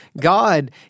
God